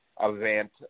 event